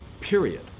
period